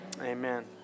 amen